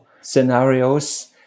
scenarios